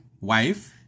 Wife